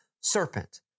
serpent